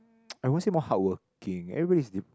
ppo I won't say more hardworking everybody is